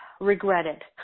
regretted